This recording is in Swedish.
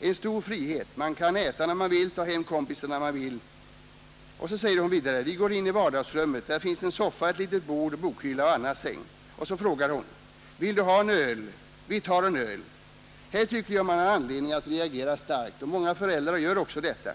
En stor frihet. Man kan äta när man vill. Ta hem kompisar när man vill ———.” Vidare säger hon: ”——— Vi går in i vardagsrummet. Där finns soffa, ett litet bord, bokhylla, Annas säng. ——— Vill du ha en öl? Vi tar en öl Här tycker jag man har anledning att reagera starkt, och många föräldrar gör också detta.